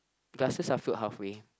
glasses are filled halfway